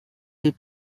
des